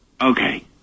Okay